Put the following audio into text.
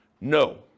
No